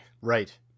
Right